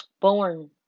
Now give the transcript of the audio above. born